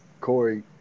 Corey